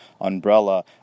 umbrella